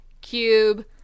Cube